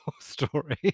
story